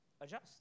Adjust